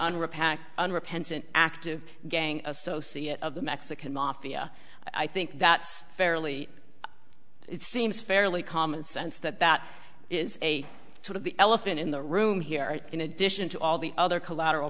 unrepentant active gang associate of the mexican mafia i think that's fairly it seems fairly common sense that that is a sort of the elephant in the room here in addition to all the other collateral